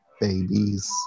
Babies